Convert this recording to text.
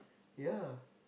ya